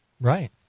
Right